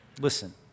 Listen